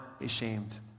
ashamed